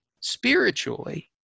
spiritually